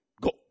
go